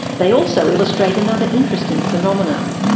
they also illustrate another interesting phenomenon.